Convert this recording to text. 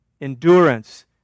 Endurance